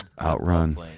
outrun